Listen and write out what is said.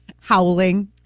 Howling